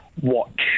watch